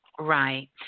Right